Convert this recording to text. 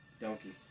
Donkey